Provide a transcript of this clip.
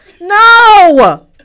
No